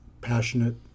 passionate